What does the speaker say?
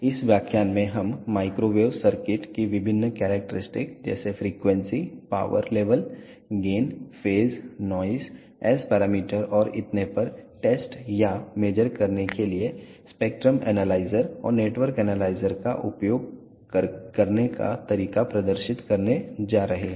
इस व्याख्यान में हम माइक्रोवेव सर्किट की विभिन्न कैरेक्टरस्टिक जैसे frequency power level gain phase noise S parameter और इतने पर टेस्ट या मेज़र करने के लिए स्पेक्ट्रम एनालाइजर और नेटवर्क एनालाइजर का उपयोग करने का तरीका प्रदर्शित करने जा रहे हैं